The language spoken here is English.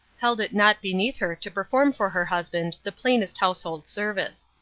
held it not beneath her to perform for her husband the plainest household service.